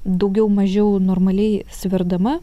daugiau mažiau normaliai sverdama